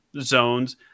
zones